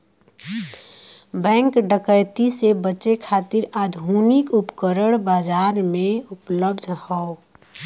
bank डकैती से बचे खातिर आधुनिक उपकरण बाजार में उपलब्ध हौ